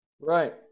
right